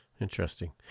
Interesting